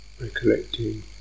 recollecting